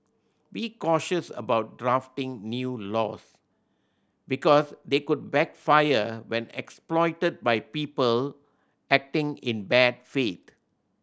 be cautious about drafting new laws because they could backfire when exploited by people acting in bad faith